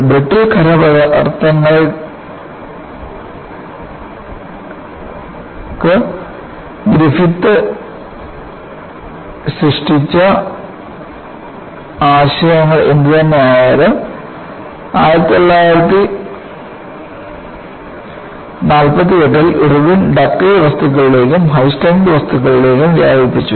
brittle ഖരപദാർത്ഥങ്ങൾയ്ക്ക് Griffith സൃഷ്ടിച്ച ആശയങ്ങൾ എന്തുതന്നെയായാലും 1948 ൽ ഇർവിൻ ഡക്റ്റൈൽ വസ്തുകളിലേക്കും ഹൈ സ്ട്രെങ്ത് വസ്തുകളിലേക്കും വ്യാപിപ്പിച്ചു